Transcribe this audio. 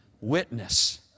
Witness